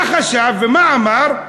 מה חשב ומה אמר?